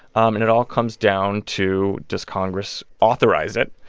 and it all comes down to, does congress authorize it?